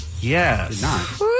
Yes